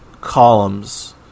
columns